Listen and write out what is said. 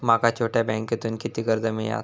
माका छोट्या बँकेतून किती कर्ज मिळात?